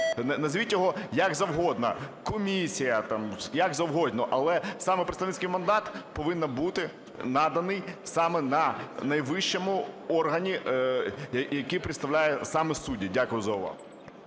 назвіть його як завгодно – комісія, як завгодно, але саме представницький мандат повинен бути наданий саме найвищому органу, який представляють саме судді. Дякую за увагу.